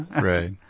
Right